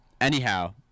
anyhow